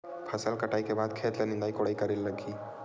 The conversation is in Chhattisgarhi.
फसल कटाई के बाद खेत ल निंदाई कोडाई करेला लगही?